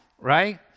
right